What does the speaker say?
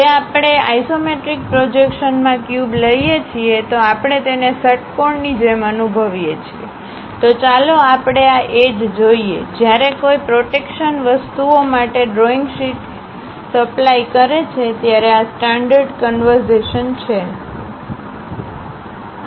જો આપણે આઇસોમેટ્રિક પ્રોજેક્શનમાં ક્યુબ લઈએ છીએ તો આપણે તેને ષટ્કોણની જેમ અનુભવીએ છીએ તો ચાલો આપણે આ એજ જોઈએ જ્યારે કોઈ પ્રોટેક્શન વસ્તુઓ માટે ડ્રોઇંગ શીટ્સ સપ્લાય કરે છે ત્યારે આ સ્ટાન્ડર્ડ કન્વર્ઝેશન છે